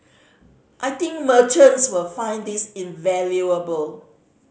I think merchants will find this invaluable